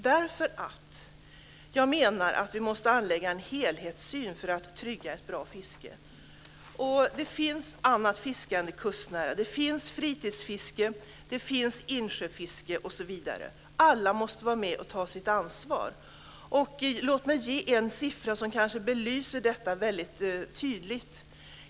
Därför att jag menar att vi måste anlägga en helhetssyn för att trygga ett bra fiske. Det finns annat fiske än det kustnära. Det finns fritidsfiske, det finns insjöfiske osv. Alla måste vara med och ta sitt ansvar. Låt mig ge en siffra som kanske belyser detta tydligt.